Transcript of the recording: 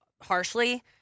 harshly